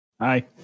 hi